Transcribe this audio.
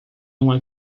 uma